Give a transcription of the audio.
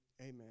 Amen